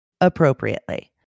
appropriately